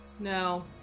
No